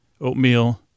oatmeal